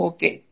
Okay